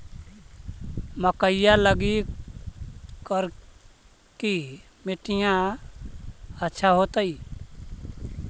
मकईया लगी करिकी मिट्टियां अच्छा होतई